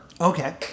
Okay